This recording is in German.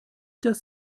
das